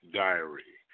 diary